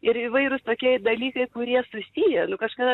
ir įvairūs tokie dalykai kurie susiję nu kažkada